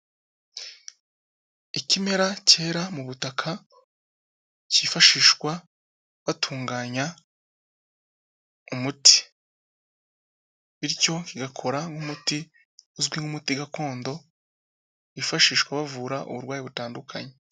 Ikimera kera mu butaka cyifashishwa batunganya umuti. Bityo kigakora nk'umuti uzwi nk'umuti gakondo wifashishwa bavura uburwayi butandukanye.